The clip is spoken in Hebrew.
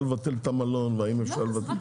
לבטל את המלון ואת שכירת הרכב וכולי.